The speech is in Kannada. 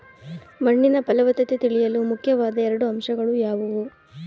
ಮಣ್ಣಿನ ಫಲವತ್ತತೆ ತಿಳಿಯಲು ಮುಖ್ಯವಾದ ಎರಡು ಅಂಶಗಳು ಯಾವುವು?